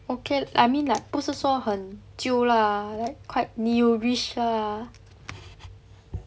okay I mean like 不是说很久 lah like quite newish lah